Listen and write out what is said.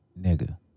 Nigga